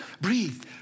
breathe